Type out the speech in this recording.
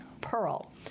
pearl